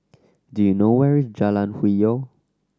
do you know where is Jalan Hwi Yoh